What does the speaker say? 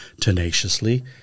tenaciously